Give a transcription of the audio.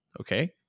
Okay